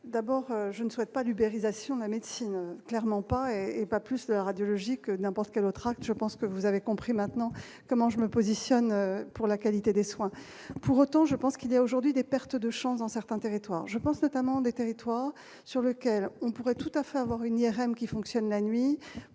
d'abord je ne souhaite pas du Berry, stations de la médecine clairement pas et et pas plus de radiologie que n'importe quel autre acte, je pense que vous avez compris maintenant, comment je me positionne pour la qualité des soins, pour autant, je pense qu'il y a aujourd'hui des pertes de chance dans certains territoires, je pense, notamment, des territoires, sur lequel on pourrait tout à fait avoir une IRM qui fonctionnent la nuit